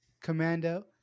Commando